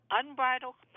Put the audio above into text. unbridled